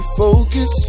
focus